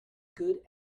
good